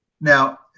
Now